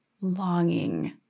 longing